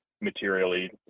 materially